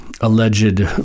alleged